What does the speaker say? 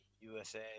USA